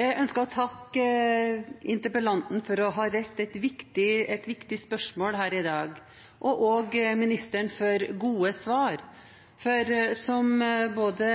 ønsker å takke interpellanten for å ha reist et viktig spørsmål her i dag, og også ministeren for gode svar. Som både